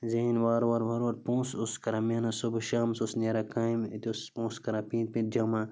زیٖنۍ وار وار وار وارٕ پونٛسہٕ اوسُس کران محنت صُبُح شامَس اوسُس نیران کامہِ أتی اوسُس پونٛسہٕ کران پیٖنٛتہِ پیٖنٛتہِ جَمع